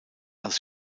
als